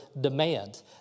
demand